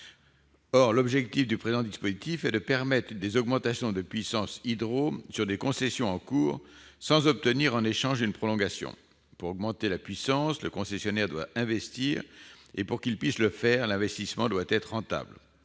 Or l'objectif du présent dispositif est de permettre des augmentations de puissance hydro sur des concessions en cours sans obtenir en échange une prolongation. Pour augmenter la puissance, le concessionnaire doit investir. Afin qu'il puisse le faire, l'investissement doit être rentable.